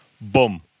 Boom